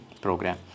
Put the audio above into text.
program